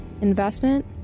investment